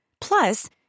Plus